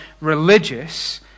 religious